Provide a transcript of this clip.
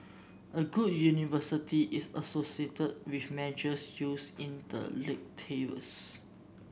a good university is associated with measures used in the league tables